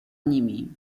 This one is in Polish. nimi